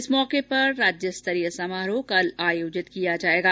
इस अवसर पर राज्य स्तरीय समारोह कल आयोजित किया जाएगा